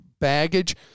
baggage